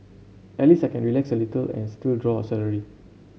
at least I can relax a little and still draw a salary